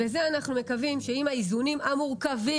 בזה אנחנו מקווים שעם האיזונים המורכבים